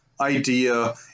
idea